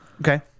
Okay